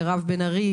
מירב בן ארי,